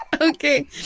Okay